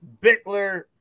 Bickler